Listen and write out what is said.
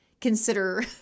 consider